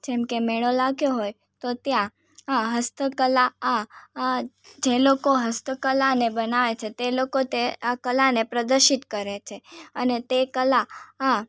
જેમકે મેળો લાગ્યો હોય તો ત્યાં આ હસ્તકલા આ આ જે લોકો હસ્તકલાને બનાવે છે તે લોકો તે આ કલાને પ્રદર્શિત કરે છે અને તે કલા આ